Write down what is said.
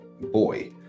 boy